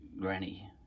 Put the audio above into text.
granny